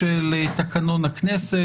לתקנון הכנסת,